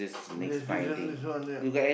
they didn't miss one yet